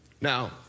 Now